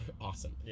awesome